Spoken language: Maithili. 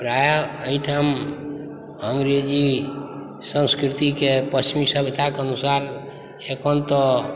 प्रायः एहिठाम अङ्गरेजी संस्कृतिके पश्चिमी सभ्यताके अनुसार एखन तऽ